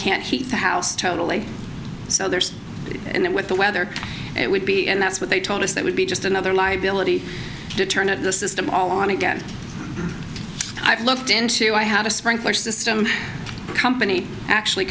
can't heat the house totally so there's and then with the weather it would be and that's what they told us that would be just another liability to turn of the system on again i've looked into i have a sprinkler system company actually